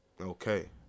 okay